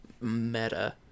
meta